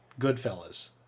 Goodfellas